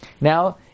Now